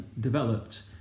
developed